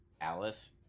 Alice